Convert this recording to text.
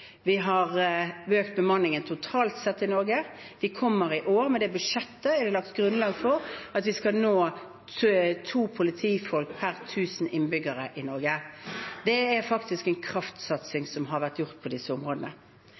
Vi har økt bemanningen totalt sett i Norge. Med budsjettet er det i år lagt grunnlag for at vi kommer til å nå målet om 2 politifolk per 1 000 innbyggere i Norge. Det er faktisk en kraftsatsing som har vært gjort på disse områdene.